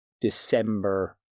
December